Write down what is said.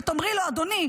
ותאמרי לו: אדוני,